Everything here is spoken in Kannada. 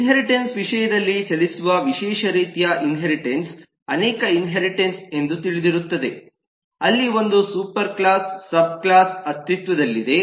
ಇನ್ಹೇರಿಟೆನ್ಸ್ ವಿಷಯದಲ್ಲಿ ಚಲಿಸುವ ವಿಶೇಷ ರೀತಿಯ ಇನ್ಹೇರಿಟೆನ್ಸ್ ಅನೇಕ ಇನ್ಹೇರಿಟೆನ್ಸ್ ಎಂದು ತಿಳಿದಿರುತ್ತದೆ ಅಲ್ಲಿ ಒಂದು ಸೂಪರ್ ಕ್ಲಾಸ್ ಸಬ್ಕ್ಲಾಸ್ ಅಸ್ತಿತ್ವದಲ್ಲಿದೆ